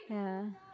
ya